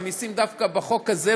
מעמיסים דווקא על חוק הזה,